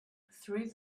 through